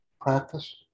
practice